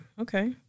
Okay